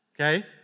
okay